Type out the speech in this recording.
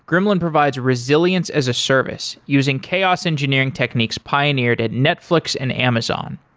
gremlin provides resilience as a service using chaos engineering techniques pioneered at netflix and amazon.